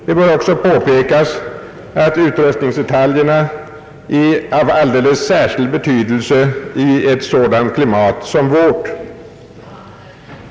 Det bör också påpekas att utrustningsdetaljerna är av alldeles särskild betydelse i ett sådant klimat som vårt.